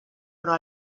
però